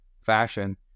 fashion